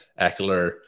eckler